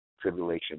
tribulation